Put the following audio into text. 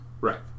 right